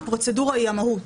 הפרוצדורה היא המהות.